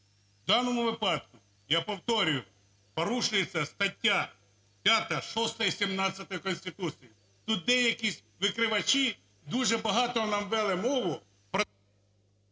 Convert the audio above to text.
В даному випадку, я повторюю, порушується стаття 5, 6 і 17 Конституції. Тут деякі викривачі дуже багато нам вели мову про